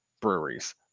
breweries